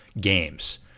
games